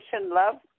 love